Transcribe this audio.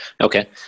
okay